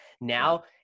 Now